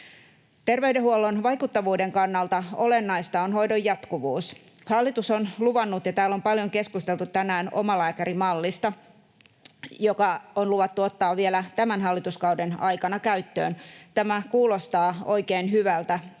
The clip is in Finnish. Terveydenhuollon vaikuttavuuden kannalta olennaista on hoidon jatkuvuus. Täällä on paljon keskusteltu tänään omalääkärimallista, joka on luvattu ottaa vielä tämän hallituskauden aikana käyttöön. Tämä kuulostaa oikein hyvältä,